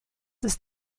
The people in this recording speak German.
ist